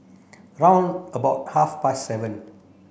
round about half past seven